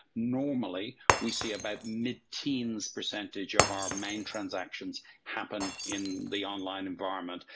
normally we see about mid teens percentage of our main transactions happen in the online environment.